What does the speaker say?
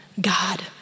God